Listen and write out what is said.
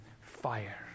fire